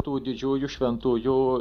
tų didžiųjų šventųjų